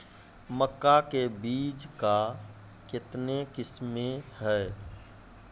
मक्का के बीज का कितने किसमें हैं?